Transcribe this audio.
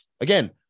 again